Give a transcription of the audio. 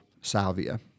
salvia